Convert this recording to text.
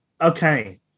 Okay